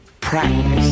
practice